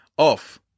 off